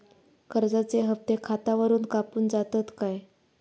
कर्जाचे हप्ते खातावरून कापून जातत काय?